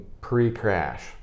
pre-crash